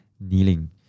kneeling